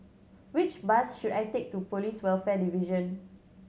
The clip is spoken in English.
which bus should I take to Police Welfare Division